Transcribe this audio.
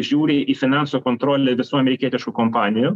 žiūri į finansų kontrolę visų amerikietiškų kompanijų